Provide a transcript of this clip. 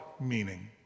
meaning